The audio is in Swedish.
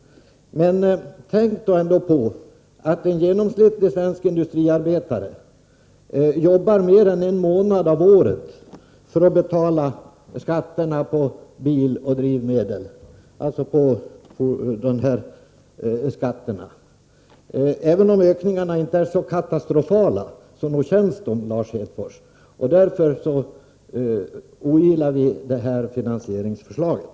Men tänk ändå på att en genomsnittlig svensk industriarbetare jobbar mer än en månad av året för att få pengar till att betala skatterna på bil och på drivmedel — alltså de skatter som det nu gäller. Även om ökningarna inte är katastrofala, så nog känns de, Lars Hedfors. Därför ogillar vi det här finansieringsförslaget.